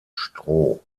stroh